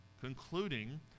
concluding